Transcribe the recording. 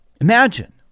Imagine